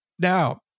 Now